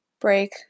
break